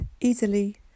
easily